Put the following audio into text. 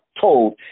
told